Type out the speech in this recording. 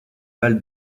val